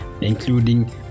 including